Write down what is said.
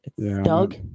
Doug